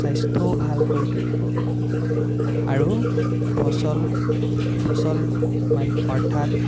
স্বাস্থ্যও ভাল কৰি তুলিব আৰু ফচল ফচল মানে অৰ্থাৎ